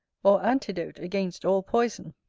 or antidote against all poison.